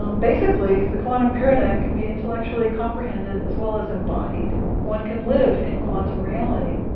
um basically, the quantum paradigm can be intellectually comprehended as well as embodied one can live in quantum reality.